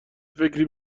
فکری